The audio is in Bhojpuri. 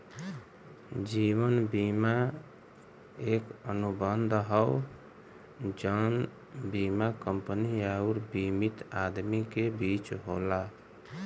जीवन बीमा एक अनुबंध हौ जौन बीमा कंपनी आउर बीमित आदमी के बीच होला